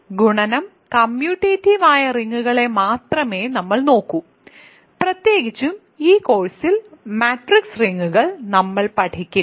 അതിനാൽ ഗുണനം കമ്മ്യൂട്ടേറ്റീവ് ആയ റിങ്ങുകളെ മാത്രമേ നമ്മൾ നോക്കൂ പ്രത്യേകിച്ചും ഈ കോഴ്സിൽ മാട്രിക്സ് റിങ്ങുകൾ നമ്മൾ പഠിക്കില്ല